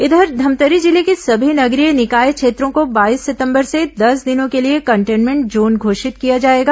इधर धमतरी जिले के सभी नगरीय निकाय क्षेत्रों को बाईस सितंबर से दस दिनों के लिए कंटेनमेंट जोन घोषित किया जाएगा